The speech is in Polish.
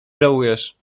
żałujesz